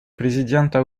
президента